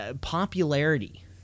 popularity